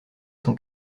son